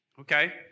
Okay